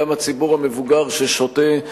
גם הציבור המבוגר ששותה,